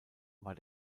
war